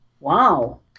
Wow